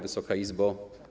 Wysoka Izbo!